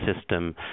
system